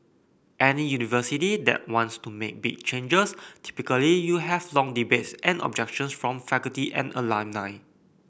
any university that wants to make big changes typically you have long debates and objections from faculty and alumni